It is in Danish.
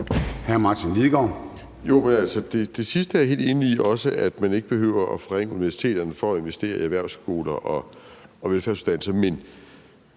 20:56 Martin Lidegaard (RV): Det sidste er jeg helt enig i, nemlig at man ikke behøver at forringe universiteterne for at investere i erhvervsskoler og velfærdsuddannelser. Men